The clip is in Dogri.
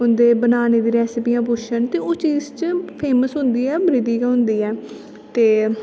उंदे बनाने दी रेस्पियां पुच्छन ते उस चीज च फेमस होंदी ऐ बृद्धि गै होंदी ऐ ते